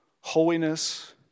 holiness